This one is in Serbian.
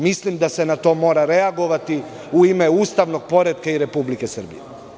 Mislim da se na to mora reagovati u ime ustavnog poretka i Republike Srbije.